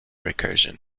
recursion